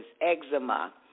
eczema